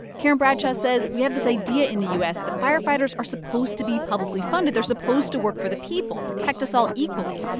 karen bradshaw says we have this idea in the u s. that firefighters are supposed to be publicly funded. they're supposed to work for the people, protect us all equally,